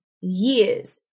years